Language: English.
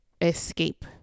escape